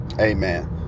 Amen